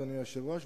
אדוני היושב-ראש,